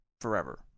forever